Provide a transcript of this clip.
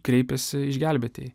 kreipėsi išgelbėtieji